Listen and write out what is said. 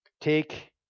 Take